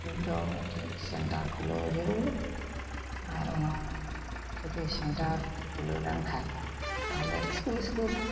ᱱᱤᱛ ᱫᱚ ᱢᱤᱫᱴᱮᱡ ᱥᱮᱱᱴᱟᱨ ᱠᱷᱩᱞᱟᱹᱣ ᱡᱟᱨᱩᱲ ᱟᱨ ᱚᱱᱟ ᱚᱞᱪᱤᱠᱤ ᱥᱮᱱᱴᱟᱨ ᱠᱷᱩᱞᱟᱹᱣ ᱞᱮᱱ ᱠᱷᱟᱡ ᱛᱟᱦᱞᱮ ᱤᱥᱠᱩᱞ ᱤᱥᱠᱩᱞ